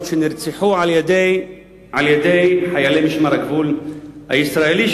על-ידי חיילי משמר הגבול הישראלי,